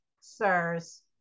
sirs